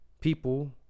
people